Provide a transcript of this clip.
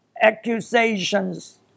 accusations